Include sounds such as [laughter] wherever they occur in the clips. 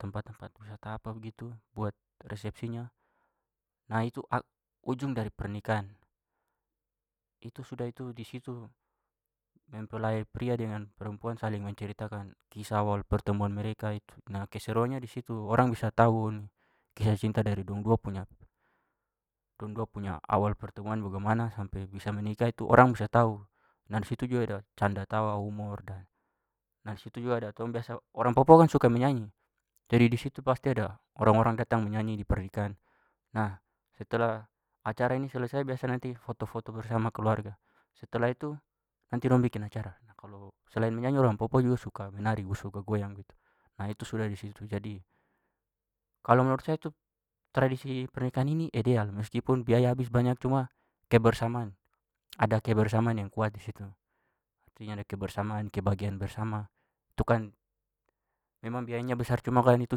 Tempat-tempat wisata apa begitu buat resepsinya. Nah itu [hesitation] ujung dari pernikahan. Itu sudah itu di situ mempelai pria dengan perempuan saling menceritakan kisah awal pertemuan mereka itu. Nah, keseruannya di situ. Orang bisa tahu kisah cinta dari dong dua punya- dong dua punya awal pertemuan. Bagaimana sampai bisa menikah itu orang bisa tahu. Nah, di situ juga ada canda tawa, humor. Nah, di situ juga ada tong biasa- orang papua kan suka menyanyi jadi di situ pasti ada orang-orang datang menyanyi di pernikahan. Nah, setelah acara ini selesai biasa nanti foto-foto bersama keluarga. Setelah itu nanti dong bikin acara. Nah, kalau- selain menyanyi orang papua juga suka menari, suka goyang gitu. Nah, itu sudah di situ. Jadi- kalau menurut saya tu tradisi pernikahan ini ideal. Meskipun biaya habis banyak cuma kebersamaan- ada kebersamaan yang kuat di situ. [unintelligible] ada kebersamaan, kebahagiaan bersama. Itu kan memang biayanya besar cuma kan itu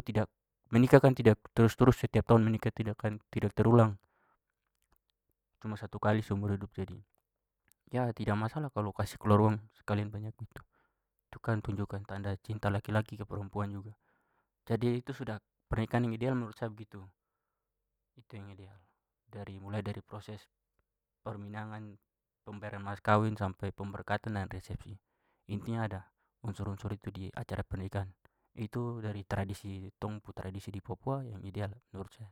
tidak- menikahkan kan tidak terus-terus setiap tahun menikah. Tidak akan- tidak terulang. Cuma satu kali seumur hidup jadi [hesitation] tidak masalah kalau kasih keluar uang sekalian banyak begitu. Itu kan tunjukkan tanda cinta laki-laki ke perempuan juga. Jadi itu sudah pernikahan yang ideal menurut saya begitu. Itu yang ideal. Dari- mulai dari proses peminangan, pemberian mas kawin, sampai pemberkatan dan resepsi. Intinya ada unsur-unsur itu di acara pernikahan. Itu dari tradisi- tong pu tradisi di papua yang ideal menurut saya.